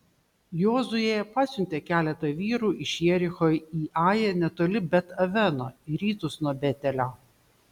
jozuė pasiuntė keletą vyrų iš jericho į ają netoli bet aveno į rytus nuo betelio